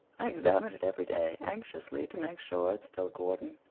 i examine it every day anxiously to make sure it's still gordon.